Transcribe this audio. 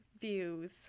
views